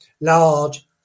large